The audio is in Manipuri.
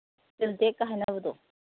ꯁꯤꯟꯇꯦꯛꯀ ꯍꯥꯏꯅꯕꯗꯣ